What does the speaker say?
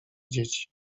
dzieci